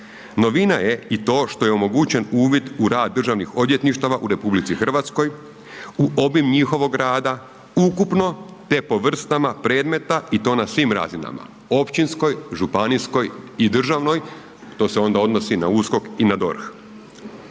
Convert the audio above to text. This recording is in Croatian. Novina je i to što je omogućen uvid u rad državnih odvjetništava u RH, u obim njihovog rada ukupno, te po vrstama predmeta i to na svim razinama, općinskoj, županijskoj i državnoj. To se onda odnosi i na USKOK i na DORH.